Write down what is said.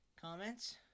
comments